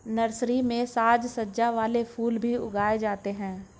nursery में साज सज्जा वाले फूल भी उगाए जाते हैं